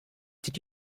did